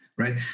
Right